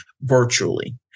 virtually